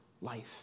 life